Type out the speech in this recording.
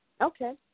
Okay